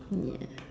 mm ya